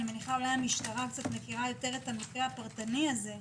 אולי המשטרה מכירה יותר את המקרה הפרטני הזה.